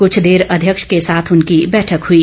कुछ देर अध्यक्ष के साथ उनकी बैठक हुई